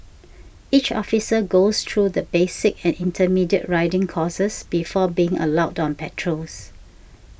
each officer goes through the basic and intermediate riding courses before being allowed on patrols